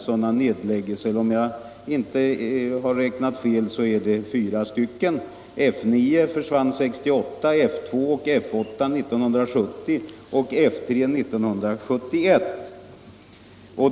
Om jag inte räknat fel rör det sig om fyra nedlagda flottiljer: F 9 försvann 1968, F 2 och F 8 1970 och F3 1971.